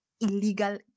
illegal